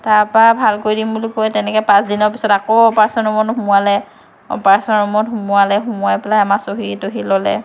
তাৰ পৰা ভাল কৰি দিম বুলি কৈ তেনেকে পাঁচ দিনৰ পিছত আকৌ অপাৰেচন ৰুমত সোমোৱালে সোমোৱাই পেলাই আমাৰ চহী তহী ল'লে